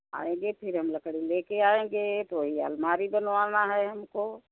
आएँगे फिर हम लकड़ी ले कर आएँगे तो वही अलमारी बनवाना है हमको